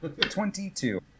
Twenty-two